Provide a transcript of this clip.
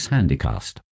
Handicast